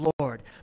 Lord